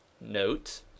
note